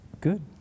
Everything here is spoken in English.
Good